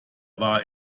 war